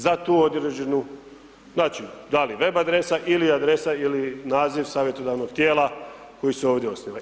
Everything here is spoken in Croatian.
Za tu određenu, znači, da li web adresa, ili adresa ili naziv savjetodavnog tijela koji su ovdje osniva.